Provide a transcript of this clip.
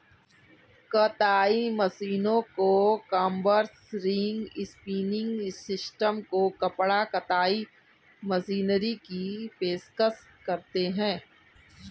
कताई मशीनों को कॉम्बर्स, रिंग स्पिनिंग सिस्टम को कपड़ा कताई मशीनरी की पेशकश करते हैं